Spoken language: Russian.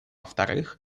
вторых